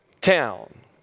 town